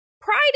pride